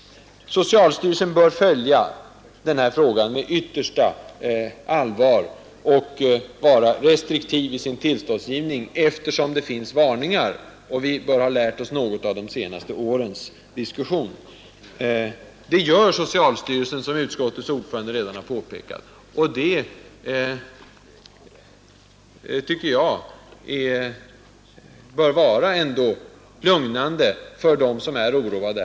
gen om tillsättning Socialstyrelsen bör följa denna fråga med yttersta allvar och vara 2 fluor till vattenledningsvatten restriktiv i sin tillståndsgivning, eftersom det har framförts varningar. Det har vi lärt oss av de senaste årens diskussion. Socialstyrelsen utreder också fluorfrågan, som utskottets ordförande redan har påpekat, och det tycker jag ändå bör vara lugnande för dem som är oroade.